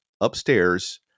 upstairs